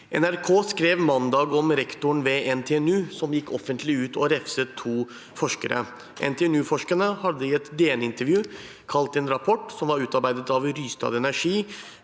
NRK skrev mandag om rektoren ved NTNU, som gikk offentlig ut og refset to forskere. NTNU-forskerne hadde i et DN-intervju kalt en rapport som var utarbeidet av Rystad Energy,